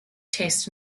test